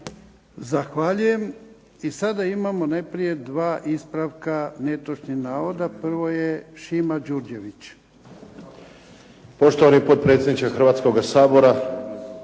Zahvaljujem. I sada imamo najprije dva ispravka netočnih navoda. Prvo je Šimo Đurđević.